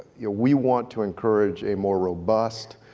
yeah we want to encourage a more robust